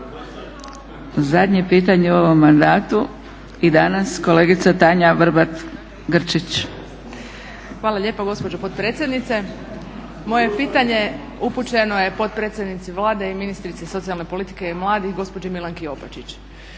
zadnje pitanje u ovom mandatu i danas kolegica Tanja Vrbat Grgić. **Vrbat Grgić, Tanja (SDP)** Hvala lijepo gospođo potpredsjednice. Moje pitanje upućeno je potpredsjednici Vlade i ministrici socijalne politike i mladih gospođi Milanki Opačić.